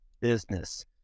business